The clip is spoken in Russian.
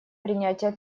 принятие